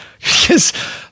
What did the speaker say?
Yes